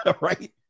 right